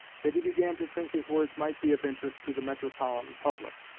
that he began to think his words might be of interest to the metropolitan public.